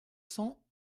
cents